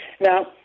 Now